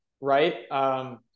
right